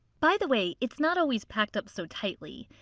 by the way, it's not always packed up so tightly.